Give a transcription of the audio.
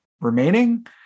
remaining